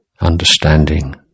understanding